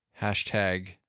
Hashtag